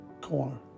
corner